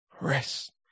rest